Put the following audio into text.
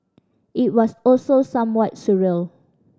it was also somewhat surreal